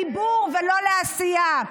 לדיבור ולא לעשייה.